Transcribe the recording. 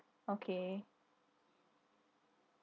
okay